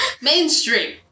Mainstream